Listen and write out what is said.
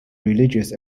religious